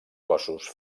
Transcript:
cossos